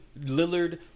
Lillard